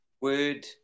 word